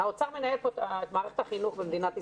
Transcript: האוצר מנהל פה את מערכת החינוך במדינת ישראל.